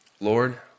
Lord